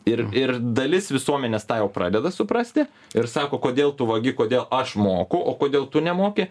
ir ir dalis visuomenės tą jau pradeda suprasti ir sako kodėl tu vagi kodėl aš moku o kodėl tu nemoki